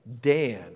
Dan